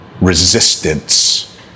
resistance